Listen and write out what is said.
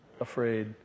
afraid